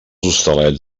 hostalets